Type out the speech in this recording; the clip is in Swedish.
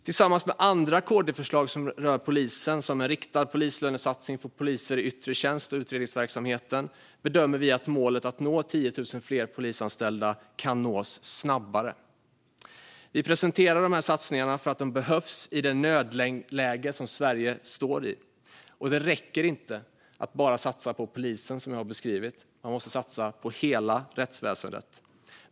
Tillsammans med andra KD-förslag såsom en riktad polislönesatsning för poliser i yttre tjänst och utredningsverksamhet bedömer vi att målet om 10 000 fler anställda kan nås snabbare. Vi presenterar dessa satsningar för att de behövs i det nödläge som Sverige är i. Det räcker inte att bara satsa på polisen - man måste satsa på hela rättsväsendet.